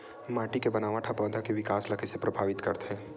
माटी के बनावट हा पौधा के विकास ला कइसे प्रभावित करथे?